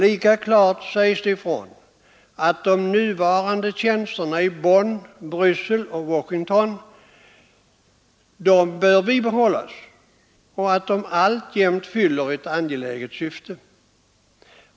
Lika klart sägs det ifrån att de nuvarande tjänsterna i Bonn, Bryssel och Washington bör bibehållas och att de alltjämt fyller ett angeläget syfte.